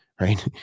right